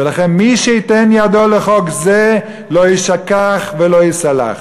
ולכן, מי שייתן ידו לחוק, זה לא יישכח ולא ייסלח.